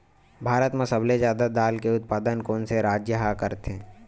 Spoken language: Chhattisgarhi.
भारत मा सबले जादा दाल के उत्पादन कोन से राज्य हा करथे?